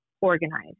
organized